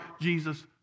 Jesus